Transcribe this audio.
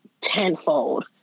tenfold